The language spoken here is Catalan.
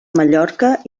mallorca